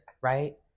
right